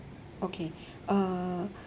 okay uh